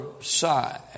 side